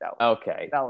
Okay